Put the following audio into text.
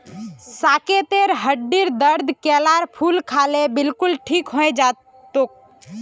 साकेतेर हड्डीर दर्द केलार फूल खा ल बिलकुल ठीक हइ जै तोक